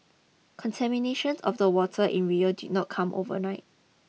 contamination of the water in Rio did not come overnight